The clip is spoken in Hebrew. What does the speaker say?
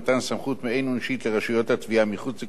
עונשית לרשויות התביעה מחוץ לכותלי בית-המשפט,